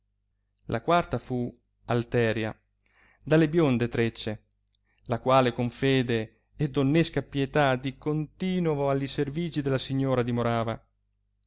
la quarta fu alteria dalle bionde treccie la quale con fede e donnesca pietà di continovo alli servigi della signora dimorava